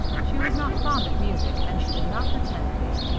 she was not fond of music, and she did not pretend to be.